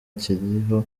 kiriho